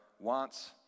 wants